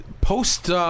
post